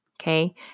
okay